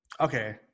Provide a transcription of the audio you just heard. Okay